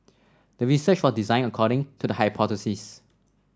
the research was designed according to the hypothesis